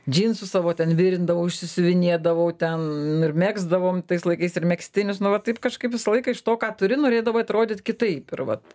džinsus savo ten virindavau išsisiuvinėdavau ten ir megzdavom tais laikais ir megztinius nu va taip kažkaip visą laiką iš to ką turi norėdavai atrodyt kitaip ir vat